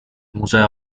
museo